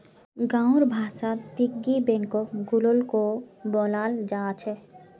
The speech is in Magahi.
गाँउर भाषात पिग्गी बैंकक गुल्लको बोलाल जा छेक